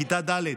כיתה ד',